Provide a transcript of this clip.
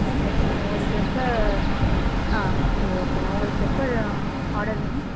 ஓகேங்க உங்களுக்கு எப்போ ஆ சரி ஓகேங்க உங்களுக்கு எப்போ ஆ ஆடர் வேணும்